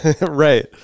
right